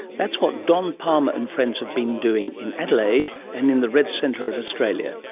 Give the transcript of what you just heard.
that's what don palmer and friends have been doing in adelaide and in the red centre of australia.